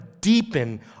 deepen